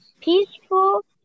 peaceful